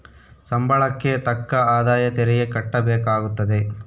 ಸಂಬಳಕ್ಕೆ ತಕ್ಕ ಆದಾಯ ತೆರಿಗೆ ಕಟ್ಟಬೇಕಾಗುತ್ತದೆ